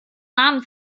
namen